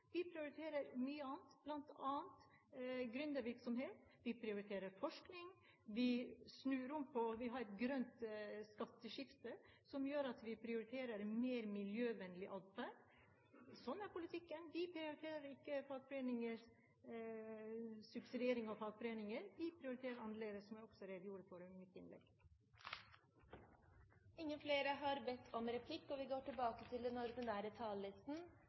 Vi prioriterer ikke dette. Vi prioriterer mye annet, bl.a. gründervirksomhet, vi prioriterer forskning, og vi har et grønt skatteskifte som gjør at vi prioriterer mer miljøvennlig atferd. Slik er politikken. Vi prioriterer ikke subsidiering av fagforeninger. Vi prioriterer annerledes, som jeg også redegjorde for i mitt innlegg.